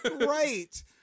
right